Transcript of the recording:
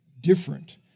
different